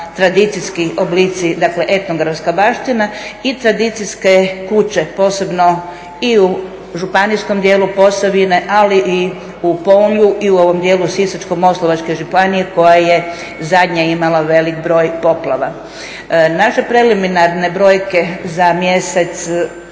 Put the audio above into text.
tradicijski oblici, dakle etnografska baština i tradicijske kuće posebno i u županijskom dijelu Posavine, ali i u Pounju i u ovom dijelu Sisačko-moslavačke županije koja je zadnja imala velik broj poplava. Naše preliminarne brojke za mjesec